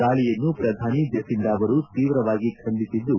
ದಾಳಿಯನ್ನು ಪ್ರಧಾನಿ ಜೆಸಿಂಡಾ ಅವರು ತೀವ್ರವಾಗಿ ಖಂಡಿಸಿದ್ದು